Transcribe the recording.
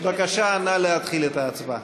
בבקשה, נא להתחיל את ההצבעה.